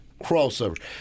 crossover